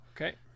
Okay